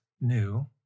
new